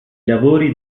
lavori